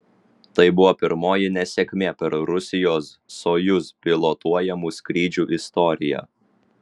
tai buvo pirmoji nesėkmė per rusijos sojuz pilotuojamų skrydžių istoriją